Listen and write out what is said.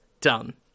done